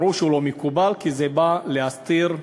ברור שהוא לא מקובל, כי זה בא להסתיר דברים,